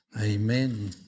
Amen